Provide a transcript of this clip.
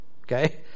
Okay